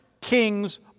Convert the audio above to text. kings